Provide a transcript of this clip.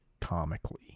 comically